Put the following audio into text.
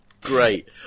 great